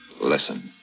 Listen